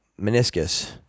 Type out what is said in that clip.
meniscus